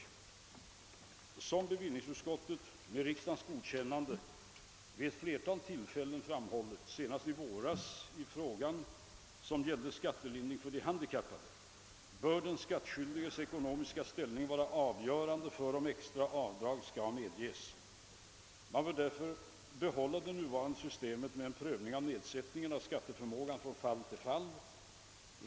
Såsom bevillningsutskottet, med riksdagens godkännande, vid ett flertal tillfällen framhållit — senast i våras i fråga som gällde skattelindring för de handikappade — bör den skattskyldiges ekonomiska ställning vara avgörande för om extra avdrag skall medges. Man bör därför behålla det nuvarande systemet med en prövning av nedsättningen av skatteförmågan från fall till fall.